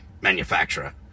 manufacturer